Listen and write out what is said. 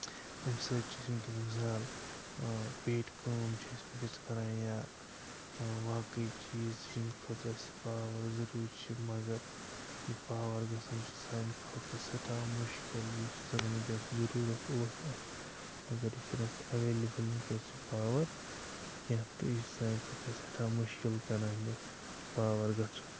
اَمہِ سۭتۍ چھِ أسۍ وٕنۍکٮ۪نَس مِثال پیٹہِ کٲم چھِ أسۍ وٕنۍکٮ۪س کَران یا باقٕے چیٖز ییٚمہِ خٲطرٕ اَسہِ پاوَر ضٔروٗری چھِ مگر یہِ پاوَر گَژھان چھُ سانہِ خٲطرٕ سٮ۪ٹھاہ مُشکِل یُس زن وٕنۍکٮ۪س ضٔروٗرت اوس اَسہِ مگر یہِ چھِنہٕ اَسہِ اٮ۪ویلیبٕل وٕنۍکٮ۪س یہِ پاوَر کیٚنٛہہ تہٕ یہِ چھِ سانہِ خٲطرٕ سٮ۪ٹھاہ مُشکِل کَران یہِ پاوَر گَژھُن